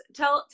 tell